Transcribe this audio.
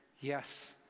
yes